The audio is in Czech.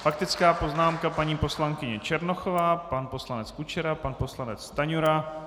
Faktická poznámka paní poslankyně Černochová, pan poslanec Kučera, pan poslanec Stanjura.